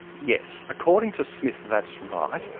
yes. according to smith, that's right.